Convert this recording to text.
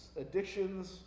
addictions